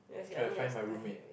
try to find my roommate